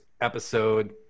episode